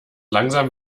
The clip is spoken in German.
langsam